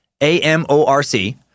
A-M-O-R-C